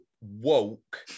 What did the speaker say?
woke